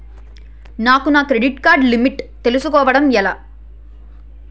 నాకు నా credit card limit తెలుసుకోవడం ఎలా?